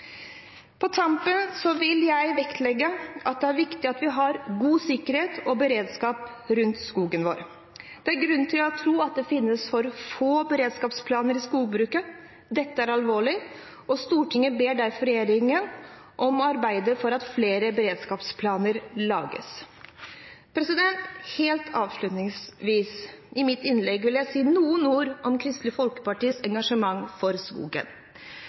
På tampen vil jeg vektlegge at det er viktig at vi har god sikkerhet og beredskap rundt skogen vår. Det er grunn til å tro at det er for få konkrete beredskapsplaner i skogbruket. Dette er alvorlig, og Stortinget ber derfor regjeringen om å arbeide for at flere beredskapsplaner lages. Helt avslutningsvis i mitt innlegg vil jeg si noen ord om Kristelig Folkepartis engasjement for skogen.